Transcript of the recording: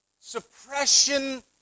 suppression